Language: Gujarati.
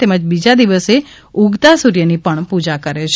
તેમજ બીજા દિવસે ઉગતા સુર્યની પણ પુજા કરે છે